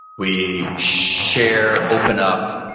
we share, open up.